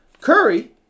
Curry